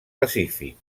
pacífic